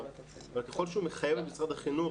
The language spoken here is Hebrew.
אבל ככל שהמתווה מחייב את משרד החינוך